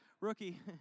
Rookie